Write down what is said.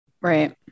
Right